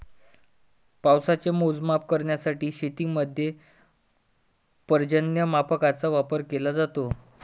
पावसाचे मोजमाप करण्यासाठी शेतीमध्ये पर्जन्यमापकांचा वापर केला जातो